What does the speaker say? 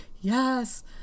yes